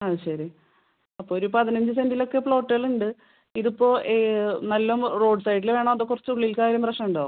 ആ ശരി അപ്പോൾ ഒരു പതിനഞ്ച് സെൻറ്റിലൊക്കെ പ്ലോട്ടുകളുണ്ട് ഇതിപ്പോൾ നല്ലവണ്ണം റോഡ് സൈഡിൽ വേണോ അതോ കുറച്ചുള്ളിൽക്കായാലും പ്രശ്നമുണ്ടോ